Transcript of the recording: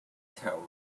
tell